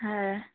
হ্যাঁ